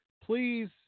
please